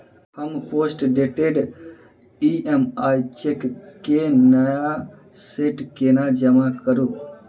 हम postdated EMI cheque केँ नया सेट केना जमा करू?